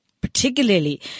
particularly